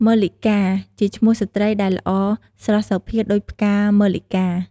មល្លិកា ជាឈ្មោះស្ត្រីដែលល្អស្រស់សោភាដូចផ្កាមល្លិកា។